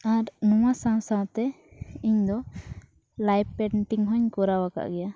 ᱟᱨ ᱱᱚᱣᱟ ᱥᱟᱶᱼᱥᱟᱶᱛᱮ ᱤᱧᱫᱚ ᱦᱚᱧ ᱠᱚᱨᱟᱣ ᱟᱠᱟᱫ ᱜᱮᱭᱟ